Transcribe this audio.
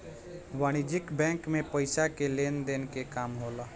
वाणिज्यक बैंक मे पइसा के लेन देन के काम होला